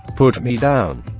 put me down,